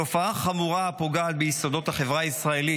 תופעה חמורה הפוגעת ביסודות החברה הישראלית.